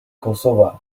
kosova